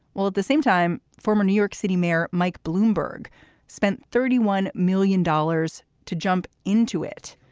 while at the same time former new york city mayor mike bloomberg spent thirty one million dollars to jump into it,